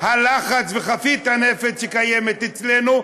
הלחץ וחבית הנפץ שקיימת אצלנו,